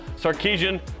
Sarkeesian